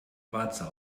warze